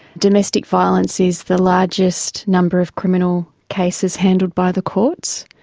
domestic violence is the largest number of criminal cases handled by the courts.